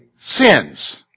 sins